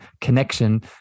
connection